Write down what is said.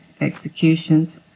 executions